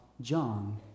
John